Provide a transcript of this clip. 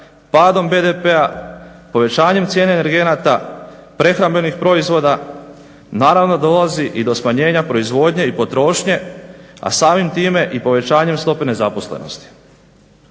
padom BDP-a, posvećenjem cijene energenata, prehrambenih proizvoda naravno dolazi i do smanjenja proizvodnje i potrošnje, a samim time i povećanjem stope nezaposlenosti.